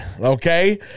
okay